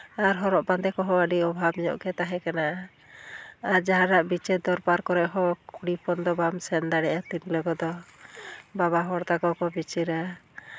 ᱟᱨ ᱦᱚᱨᱚᱜ ᱵᱟᱸᱫᱮ ᱠᱚᱦᱚᱸ ᱟᱹᱰᱤ ᱚᱵᱷᱟᱵᱽ ᱧᱚᱜ ᱜᱮ ᱛᱟᱦᱮᱸ ᱠᱟᱱᱟ ᱟᱨ ᱡᱟᱦᱟᱱᱟᱜ ᱵᱤᱪᱟᱹᱨ ᱫᱚᱨᱵᱟᱨ ᱠᱚᱨᱮ ᱦᱚᱸ ᱠᱩᱲᱤ ᱦᱚᱯᱚᱱ ᱫᱚ ᱵᱟᱢ ᱥᱮᱱ ᱫᱟᱲᱮᱭᱟᱜᱼᱟ ᱛᱤᱨᱞᱟᱹ ᱠᱚᱫᱚ ᱵᱟᱵᱟ ᱦᱚᱲ ᱛᱟᱠᱚ ᱠᱚ ᱵᱤᱪᱟᱹᱨᱟ